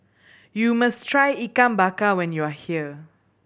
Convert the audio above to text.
you must try Ikan Bakar when you are here